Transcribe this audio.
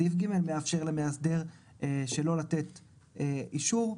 סעיף ג' מאפשר למאסדר שלא לתת אישור,